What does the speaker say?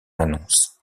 annonce